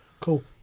cool